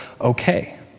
okay